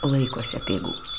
laikosi apeigų